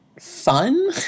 fun